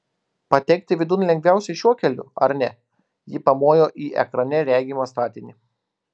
patekti vidun lengviausia šiuo keliu ar ne ji pamojo į ekrane regimą statinį